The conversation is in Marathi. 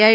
आय